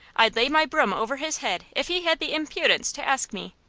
i'd lay my broom over his head if he had the impudence to ask me.